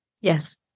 Yes